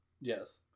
yes